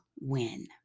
win